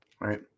right